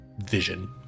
vision